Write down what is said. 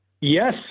Yes